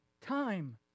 time